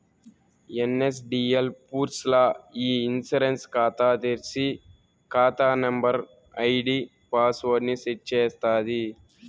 NSDL పూర్స్ ల్ల ఇ ఇన్సూరెన్స్ కాతా తెర్సి, కాతా నంబరు, ఐడీ పాస్వర్డ్ ని సెట్ చేస్తాది